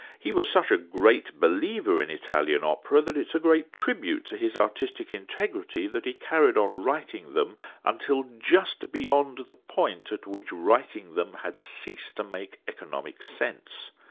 he was such a great believer in italian opera that it's a great tribute to his artistic integrity that he carried on writing them until just beyond the point at which writing them had ceased to make economic sense.